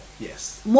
Yes